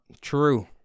True